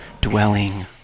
dwelling